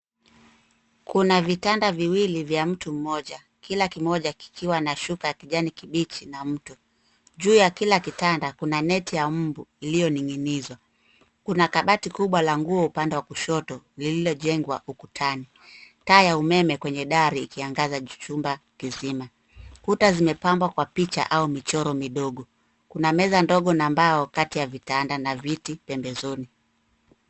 Kuna vitanda viwili vya mtu mmoja kila kimoja kikiwa na shuka kijani kibichi na mto. Juu ya kila kitanda kuna neti ya mbu iliyoning'inizwa. Kuna kabati kubwa la nguo upande wa kushoto lililojengwa ukutani, taa ya umeme kwenye dari ikiangaza chumba kizima. Kuta zimepambwa kwa picha au michoro midogo. Kuna meza ndogo na mbao kati ya vitanda na viti pembezoni.